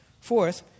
Fourth